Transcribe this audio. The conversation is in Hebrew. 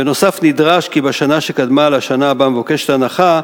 בנוסף נדרש כי בשנה שקדמה לשנה שבה מבוקשת ההנחה,